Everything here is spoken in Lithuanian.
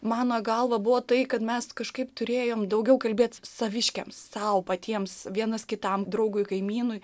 mano galva buvo tai kad mes kažkaip turėjom daugiau kalbėt saviškiams sau patiems vienas kitam draugui kaimynui